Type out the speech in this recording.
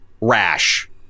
rash